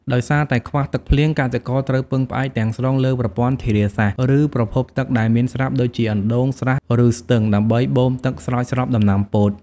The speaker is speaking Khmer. ដោយសារតែខ្វះទឹកភ្លៀង កសិករត្រូវពឹងផ្អែកទាំងស្រុងលើប្រព័ន្ធធារាសាស្ត្រ ឬប្រភពទឹកដែលមានស្រាប់ ដូចជាអណ្ដូង ស្រះ ឬស្ទឹង ដើម្បីបូមទឹកស្រោចស្រពដំណាំពោត។